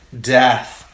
death